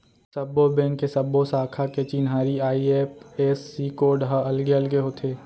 सब्बो बेंक के सब्बो साखा के चिन्हारी आई.एफ.एस.सी कोड ह अलगे अलगे होथे